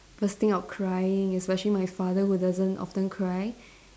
bursting out crying especially my father who doesn't often cry